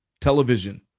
television